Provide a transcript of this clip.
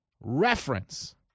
reference